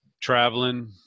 traveling